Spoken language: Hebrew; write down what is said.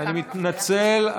אני מתנצל.